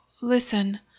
listen